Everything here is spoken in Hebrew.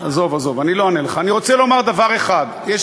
מה שרון גל אמר?